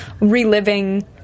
reliving